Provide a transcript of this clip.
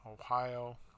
Ohio